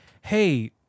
hey